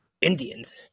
Indians